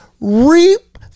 reap